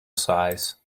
size